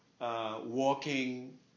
Walking